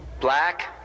black